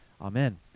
Amen